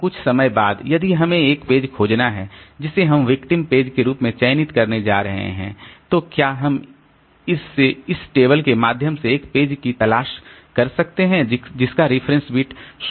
अब कुछ समय बाद यदि हमें एक पेज खोजना है जिसे हम विक्टिम पेज के रूप में चयनित करने जा रहे हैं तो क्या हम इस से इस टेबल के माध्यम से एक पेज की तलाश कर सकते हैं जिसका रेफरेंस बिट 0 पर सेट है